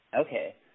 okay